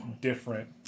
different